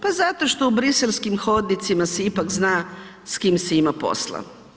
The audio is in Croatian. Pa zato što u briselskim hodnicima se ipak zna s kim se ima posla.